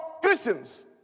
Christians